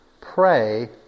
pray